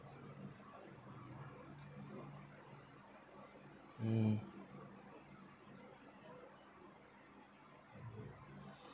mm